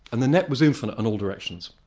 and the net was infinite in all directions.